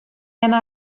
yna